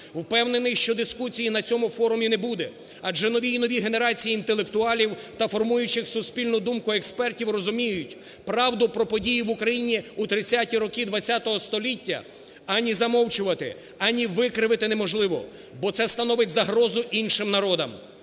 Впевнений, що дискусії на цьому форумі не буде, адже нові і нові генерації інтелектуалів та формуючих суспільну думку експертів розуміють: правду про події в Україні у 30-ті роки ХХ століття ані замовчувати, ані викривити неможливо, бо це становить загрозу іншим народам.